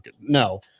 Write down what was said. No